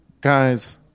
guys